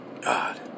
God